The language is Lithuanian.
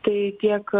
kai tiek